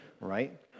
right